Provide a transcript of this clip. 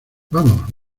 vamos